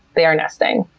they are nesting.